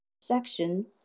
section